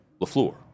LaFleur